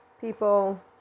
people